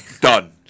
Done